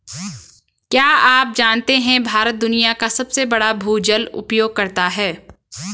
क्या आप जानते है भारत दुनिया का सबसे बड़ा भूजल उपयोगकर्ता है?